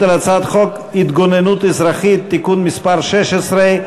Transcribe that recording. על הצעת חוק השיפוט הצבאי (תיקון מס' 67),